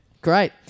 Great